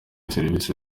serivisi